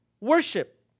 worship